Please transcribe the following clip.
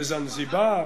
בזנזיבר?